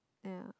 ya